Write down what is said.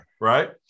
right